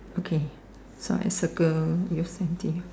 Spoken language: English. okay so I circle